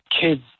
kids